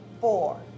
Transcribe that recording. four